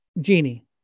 Genie